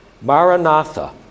Maranatha